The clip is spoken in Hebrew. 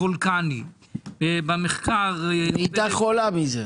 בוולקני במחקר --- היא נהייתה חולה מזה,